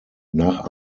nach